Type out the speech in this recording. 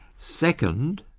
second,